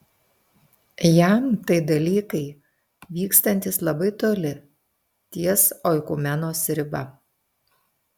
jam tai dalykai vykstantys labai toli ties oikumenos riba